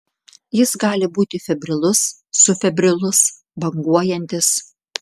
jis gali būti febrilus subfebrilus banguojantis